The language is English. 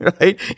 right